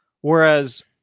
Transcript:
Whereas